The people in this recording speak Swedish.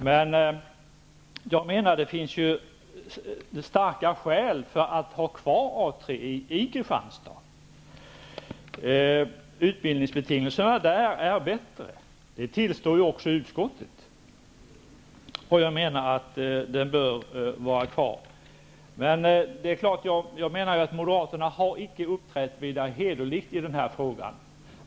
Men jag menar att det finns starka skäl för att ha kvar A 3 i Kristianstad. Utbildningsbetingelserna är bättre där -- det tillstår också utskottet. Jag menar att Moderaterna inte har uppträtt vidare hederligt i den här frågan.